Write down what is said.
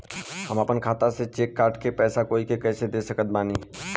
हम अपना खाता से चेक काट के पैसा कोई के कैसे दे सकत बानी?